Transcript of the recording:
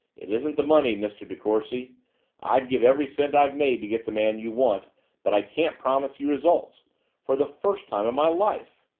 it isn't the money, mr. de courcy i'd give every cent i've made to get the man you want but i can't promise you results for the first time in my life.